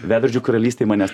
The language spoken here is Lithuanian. veidrodžių karalystėj manęs